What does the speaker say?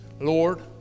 Lord